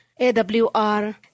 AWR